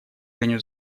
женю